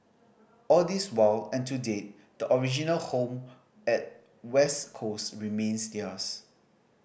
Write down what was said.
all this while and to date the original home at west coast remains theirs